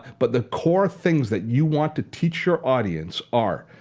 but the core things that you want to teach your audience are,